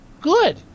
Good